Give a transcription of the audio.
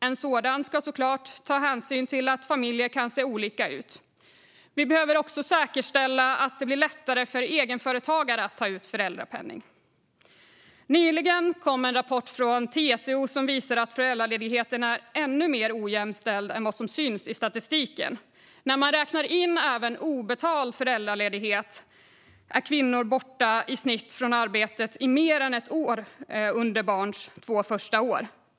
En sådan ska såklart ta hänsyn till att familjer kan se olika ut. Vi behöver också säkerställa att det blir lättare för egenföretagare att ta ut föräldrapenning. Nyligen kom en rapport från TCO som visar att föräldraledigheten är ännu mer ojämställd än vad som syns i statistiken. När man räknar in även obetald föräldraledighet är kvinnor i snitt borta från arbetet i mer än ett år under ett barns två första år.